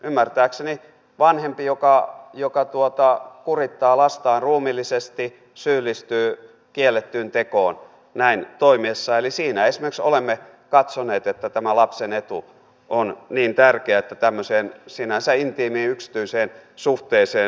ymmärtääkseni vanhempi joka kurittaa lastaan ruumiillisesti syyllistyy kiellettyyn tekoon näin toimiessaan eli esimerkiksi siinä olemme katsoneet että tämä lapsen etu on niin tärkeä että tämmöiseen sinänsä intiimiin yksityiseen suhteeseen puututaan